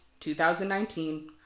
2019